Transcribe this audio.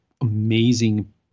amazing